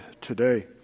today